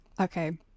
Okay